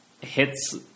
hits